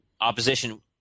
opposition